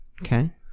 Okay